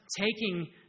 taking